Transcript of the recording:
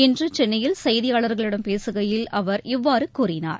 இன்று சென்னையில் செய்தியாளர்களிடம் பேசுகையில் அவர் இவ்வாறு கூறினார்